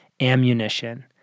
ammunition